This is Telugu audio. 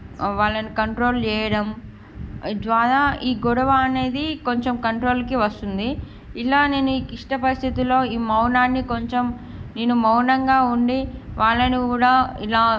వాళ్ళను కంట్రోల్ చేయడం ద్వారా ఈ గొడవ అనేది కొంచెం కంట్రోల్కి వస్తుంది ఇలానే ఈ క్లిష్ట పరిస్థితుల్లో ఈ మౌనాన్ని కొంచెం నేను మౌనంగా ఉండి వాళ్ళని కూడా ఇలా